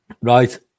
Right